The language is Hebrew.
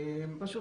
הם חלק